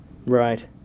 Right